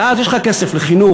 ואז יש לך כסף לחינוך,